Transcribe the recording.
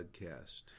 podcast